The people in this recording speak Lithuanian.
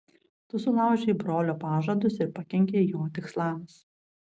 tu sulaužei brolio pažadus ir pakenkei jo tikslams